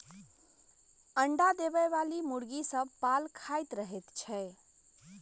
अंडा देबयबाली मुर्गी सभ पाल खाइत रहैत छै